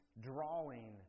drawing